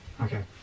Okay